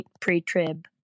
pre-trib